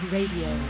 Radio